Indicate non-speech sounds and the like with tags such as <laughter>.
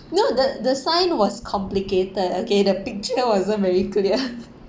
no the the sign was complicated okay the picture wasn't very clear <laughs>